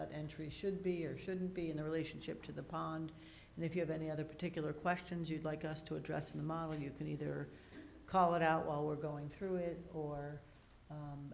that entry should be or shouldn't be in a relationship to the pond and if you have any other particular questions you'd like us to address in the modeling you can either call it out while we're going through it or